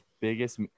biggest